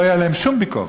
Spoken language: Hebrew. לא יהיה עליו שום ביקורת.